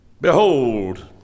behold